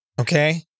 Okay